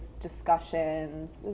discussions